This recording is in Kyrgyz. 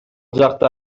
жакта